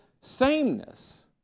sameness